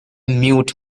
mute